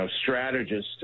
strategist